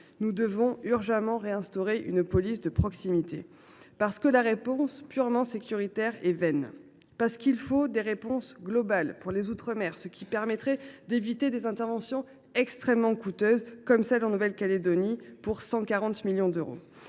nous devons urgemment réinstaurer une police de proximité. Alors que la réponse purement sécuritaire est vaine, qu’il faut des réponses globales pour les outre mer, ce qui permettrait d’éviter des interventions extrêmement coûteuses – 140 millions d’euros